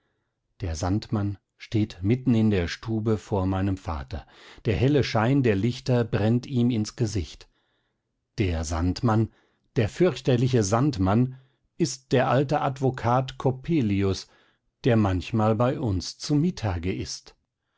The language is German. der sandmann steht mitten in der stube vor meinem vater der helle schein der lichter brennt ihm ins gesicht der sandmann der fürchterliche sandmann ist der alte advokat coppelius der manchmal bei uns zu mittage ißt